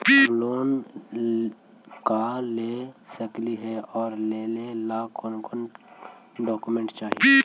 Home loan का हम ले सकली हे, और लेने ला कोन कोन डोकोमेंट चाही?